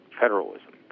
federalism